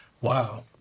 Wow